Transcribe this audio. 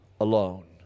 alone